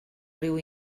riu